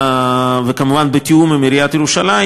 וכמובן בתיאום עם עיריית ירושלים,